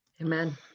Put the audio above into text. Amen